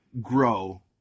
grow